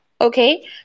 Okay